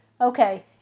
Okay